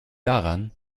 daran